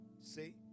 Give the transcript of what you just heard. See